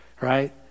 right